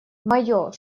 мое